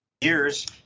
years